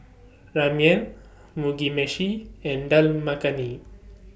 Ramyeon Mugi Meshi and Dal Makhani